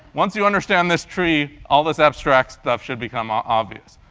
once you understand this tree, all this abstract stuff should become ah obvious.